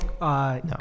no